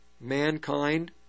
mankind